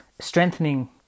strengthening